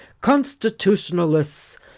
constitutionalists